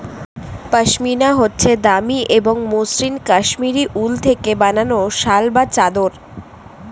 পশমিনা হচ্ছে দামি এবং মসৃন কাশ্মীরি উল থেকে বানানো শাল বা চাদর